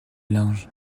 linge